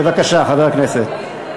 בבקשה, חבר הכנסת.